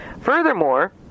Furthermore